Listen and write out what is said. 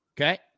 okay